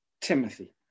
Timothy